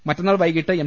മറ്റന്നാൾ വൈകിട്ട് എം